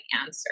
answer